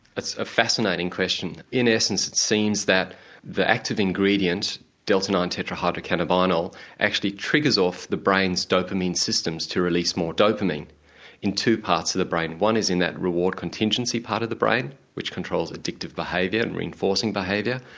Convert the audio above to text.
that's a fascinating question. in essence it seems that the active ingredient delta nine tetra hydro cannabidiol actually triggers off the brain's dopamine systems to release more dopamine in two parts of the brain. one is in that reward contingency part of the brain which controls addictive behaviour and reinforcing behaviour,